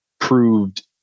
proved